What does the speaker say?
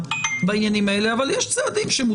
לא בחיים האמיתיים.